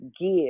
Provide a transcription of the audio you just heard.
give